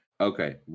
okay